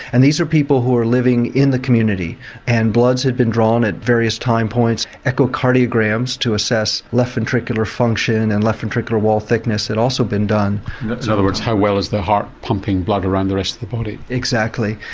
and these are people who are living in the community and bloods had been drawn at various time points, echo cardiograms to assess left ventricular function and left ventricular wall thickness had also been done. so in other words how well is the heart pumping blood around the rest of the body? exactly,